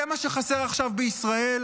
זה מה שחסר עכשיו בישראל?